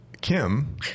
Kim